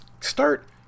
Start